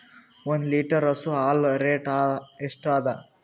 ಒಂದ್ ಲೀಟರ್ ಹಸು ಹಾಲ್ ರೇಟ್ ಎಷ್ಟ ಅದ?